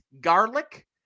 garlic